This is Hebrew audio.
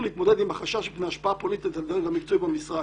להתמודד עם החשש מפני השפעה פוליטית על הדרג המקצועי במשרד".